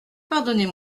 pardonnez